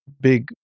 big